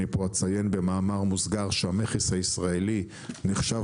אני אציין במאמר מוסגר שהמכס הישראלי נחשב